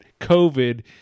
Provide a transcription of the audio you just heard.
COVID